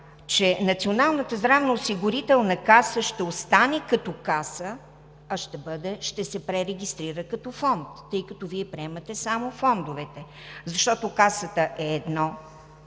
че Националната здравноосигурителна каса ще остане като каса, а ще се пререгистрира като фонд, тъй като Вие приемате само фондовете, защото Касата е едно,